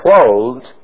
clothed